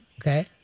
Okay